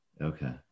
okay